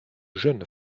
jeune